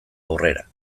aurrera